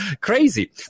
Crazy